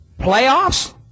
Playoffs